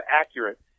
accurate